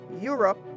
Europe